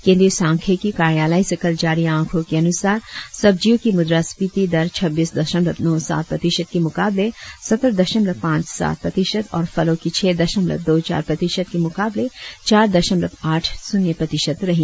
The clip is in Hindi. केंद्रीय सांख्यिकी कार्यालय से कल जारी आंकड़ों के अनुसार सब्जियों की मुद्रास्फीति दर छब्बीस दशमलव नौ सात प्रतिशत के मुकाबले सत्रह दशमलव पांच सात प्रतिशत और फलों की छह दशमलव दो चार प्रतिशत के मुकाबले चार दशमलव आठ श्रन्य प्रतिशत रही